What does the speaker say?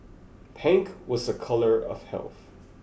pink was a color of health